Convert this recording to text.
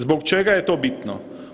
Zbog čega je to bitno?